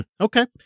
okay